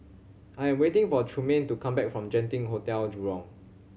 I am waiting for Trumaine to come back from Genting Hotel Jurong